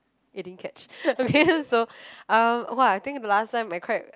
you didn't catch okay so um !wah! I think the last time I cried